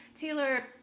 Taylor